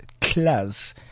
class